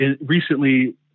recently